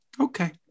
Okay